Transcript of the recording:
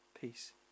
peace